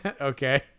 Okay